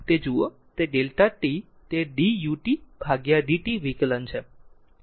તેથી જો તે જુઓ તે Δ t એ d ut by d t વિકલન છે